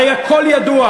הרי הכול ידוע,